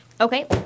Okay